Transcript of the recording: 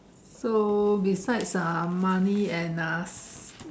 so besides uh money and uh